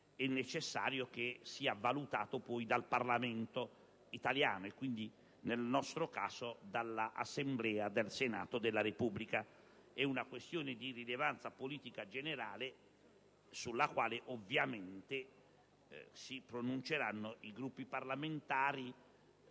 è necessario sia valutato poi dal Parlamento italiano e, quindi, nel nostro caso, dall'Assemblea del Senato della Repubblica. È una questione di rilevanza politica generale, sulla quale, ovviamente, si pronunceranno i Gruppi parlamentari,